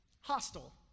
hostile